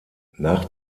nach